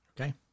Okay